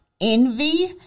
envy